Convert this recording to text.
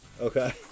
Okay